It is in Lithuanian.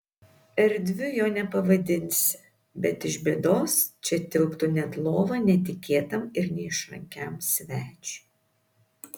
erdviu jo nepavadinsi bet iš bėdos čia tilptų net lova netikėtam ir neišrankiam svečiui